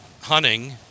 hunting